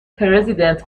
پرزیدنت